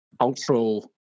cultural